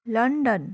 London